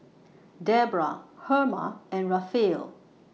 Debra Herma and Raphael